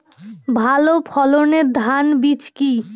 ভালো ফলনের ধান বীজ কি?